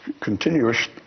continuous